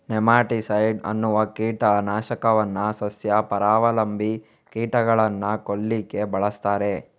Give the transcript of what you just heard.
nematicide ಅನ್ನುವ ಕೀಟ ನಾಶಕವನ್ನ ಸಸ್ಯ ಪರಾವಲಂಬಿ ಕೀಟಗಳನ್ನ ಕೊಲ್ಲಿಕ್ಕೆ ಬಳಸ್ತಾರೆ